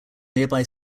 nearby